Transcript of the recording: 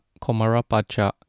Komarapacha